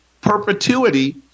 perpetuity